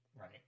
right